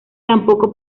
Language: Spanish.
tampoco